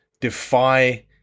defy